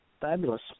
fabulous